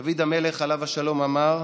דוד המלך, עליו השלום, אמר: